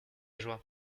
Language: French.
joie